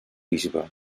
bisbe